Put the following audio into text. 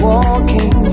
Walking